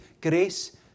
grace